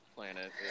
planet